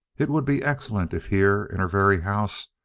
it would be excellent if here, in her very house,